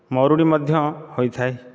ମରୁଡ଼ି ମଧ୍ୟ ହୋଇଥାଏ